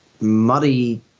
muddy